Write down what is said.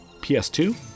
PS2